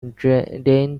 dane